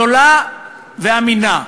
זולה ואמינה.